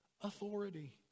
authority